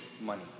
money